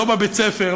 לא בבית-הספר,